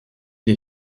des